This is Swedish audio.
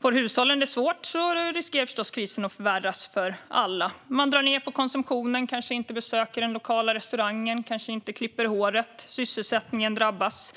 Får hushållen det svårt riskerar krisen att förvärras för alla. Man drar ned på konsumtionen, kanske inte besöker den lokala restaurangen, kanske inte klipper håret och så vidare, och sysselsättningen drabbas.